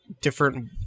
different